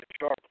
sharp